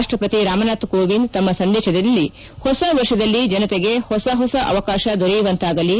ರಾಷ್ಟಪತಿ ರಾಮನಾಥ್ ಕೋಎಂದ್ ತಮ್ನ ಸಂದೇಶದಲ್ಲಿ ಹೊಸ ವರ್ಷದಲ್ಲಿ ಜನತೆಗೆ ಹೊಸ ಹೊಸ ಅವಕಾಶ ದೊರೆಯುವಂತಾಗಲಿ